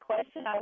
question